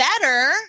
better